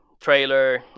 trailer